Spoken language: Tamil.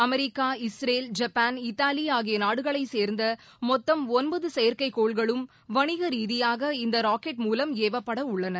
அமெரிக்கா இஸ்ரேல் ஜப்பான் இத்தாலி ஆகிய நாடுகளை சேர்ந்த மொத்தம் ஒன்பது செயற்கைக்கோள்களும் வணிக ரீதியாக இந்த ராக்கெட் மூலம் ஏவப்பட உள்ளன